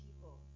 people